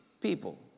people